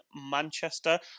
manchester